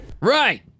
Right